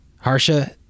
harsha